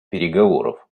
переговоров